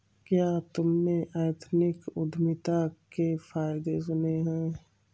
क्या तुमने एथनिक उद्यमिता के फायदे सुने हैं?